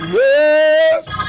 yes